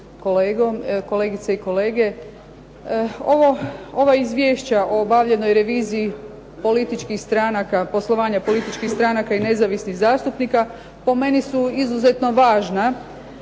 kolegice i kolege. Ova izvješća o obavljenoj reviziji političkih stranaka, poslovanja političkih stranaka i nezavisnih zastupnika po meni su izuzetno važna,